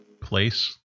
place